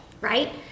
Right